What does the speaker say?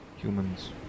humans